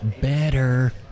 better